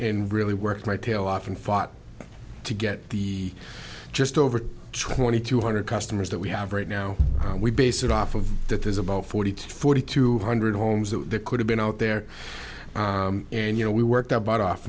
and really worked my tail off and fought to get the just over twenty two hundred customers that we have right now we base off of that there's about forty to forty two hundred homes that they could have been out there and you know we worked out but of